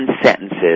sentences